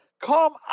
Come